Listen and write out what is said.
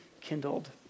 kindled